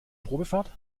probefahrt